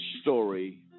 story